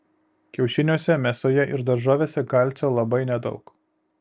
kiaušiniuose mėsoje ir daržovėse kalcio labai nedaug